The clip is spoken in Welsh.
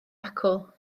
acw